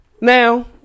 Now